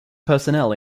personnel